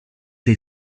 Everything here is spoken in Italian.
dei